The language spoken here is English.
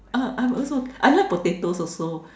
uh I'm also I like potatoes also